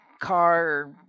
car